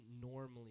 normally